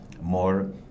more